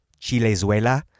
Chilezuela